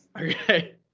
Okay